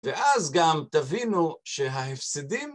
ואז גם תבינו שההפסדים